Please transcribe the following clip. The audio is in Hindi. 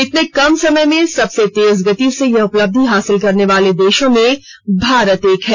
इतने कम समय में सबसे तेज गति से यह उपलब्धि हासिल करने वाले देशों में भारत एक है